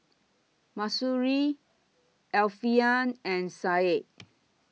Mahsuri Alfian and Said